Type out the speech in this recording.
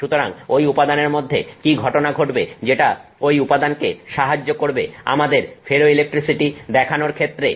সুতরাং ঐ উপাদানের মধ্যে কি ঘটনা ঘটবে যেটা ঐ উপাদানকে সাহায্য করবে আমাদের ফেরোইলেকট্রিসিটি দেখানোর ক্ষেত্রে